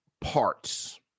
parts